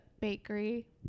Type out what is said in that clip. bakery